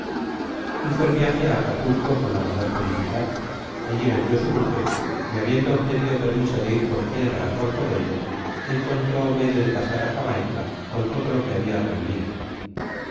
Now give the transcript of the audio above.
hizo el viaje á acapulco con la mayor felicidad alli vendió su buque y habiendo obtenido permiso de ir por tierra á porto bello encontró medio de pasar á la jamaica con todo lo que habia reunido